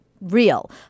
real